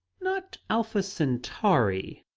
not alpha centauri.